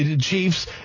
chiefs